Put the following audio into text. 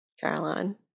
Caroline